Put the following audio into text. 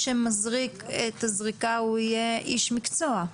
שמזריק את הזריקה הוא יהיה איש מקצוע,